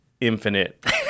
infinite